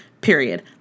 period